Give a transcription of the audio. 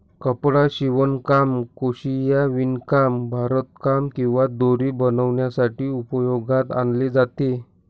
कपडा शिवणकाम, क्रोशिया, विणकाम, भरतकाम किंवा दोरी बनवण्यासाठी उपयोगात आणले जाते